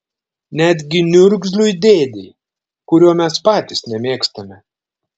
netgi niurgzliui dėdei kurio mes patys nemėgstame